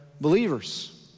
believers